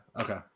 Okay